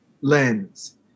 lens